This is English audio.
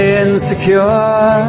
insecure